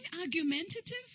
argumentative